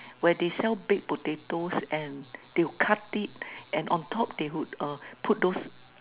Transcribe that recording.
where they sell baked potatoes and they will cut it and on top they would uh put those